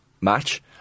match